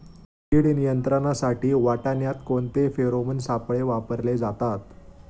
कीड नियंत्रणासाठी वाटाण्यात कोणते फेरोमोन सापळे वापरले जातात?